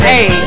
Hey